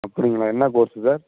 அப்படிங்களா என்ன course sir